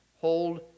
hold